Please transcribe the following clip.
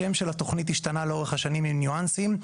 השם של התוכנית השתנה לאורך השנים עם ניואנסים.